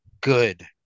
good